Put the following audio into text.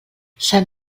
sant